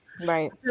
Right